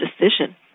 decision